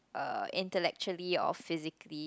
uh intellectually or physically